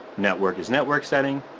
network is network setting,